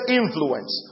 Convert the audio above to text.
influence